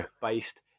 based